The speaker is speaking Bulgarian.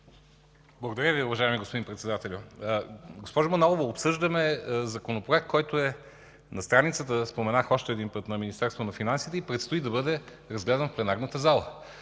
Благодаря Ви, уважаеми господин Председател. Госпожо Манолова, обсъждаме законопроект, който е на страницата – споменавам още един път – на Министерство на финансите и предстои да бъде разгледан в пленарната зала,